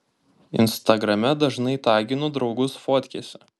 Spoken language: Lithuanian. instagrame dažnai taginu draugus fotkėse